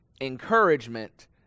encouragement